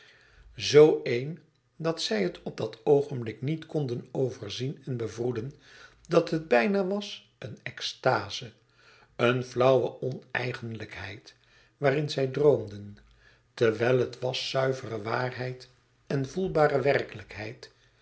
zoo één dat zij het op dat oogenblik niet konden overzien en bevroeden dat het bijna was als een extaze een flauwe oneigenlijkheid waarin zij droomden terwijl het was zuivere waarheid en voelbare werkelijkheid